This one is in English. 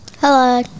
Hello